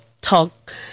talk